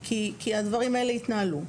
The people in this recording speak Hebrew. כי הדברים האלה התנהלו.